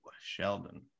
Sheldon